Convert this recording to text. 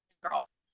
girls